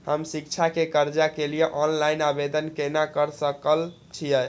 हम शिक्षा के कर्जा के लिय ऑनलाइन आवेदन केना कर सकल छियै?